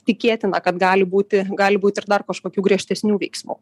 tikėtina kad gali būti gali būt ir dar kažkokių griežtesnių veiksmų